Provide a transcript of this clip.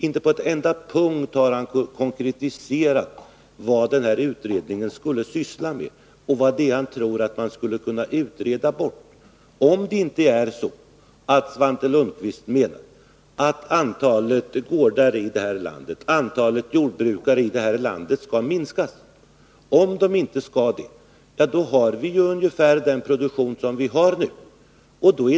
Inte på en enda punkt har han konkretiserat vad en eventuell Nr 107 utredning skulle syssla med och inte heller vad han tror skulle så att säga Torsdagen den utredas bort. Om det inte är så att Svante Lundkvist menar att antalet gårdar 25 mars 1982 och antalet jordbrukare i det här landet skall minskas, får vi ungefär den produktion som vi har nu.